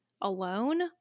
alone